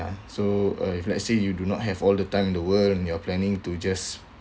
so uh if let's say you do not have all the time in the world and you're planning to just